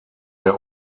der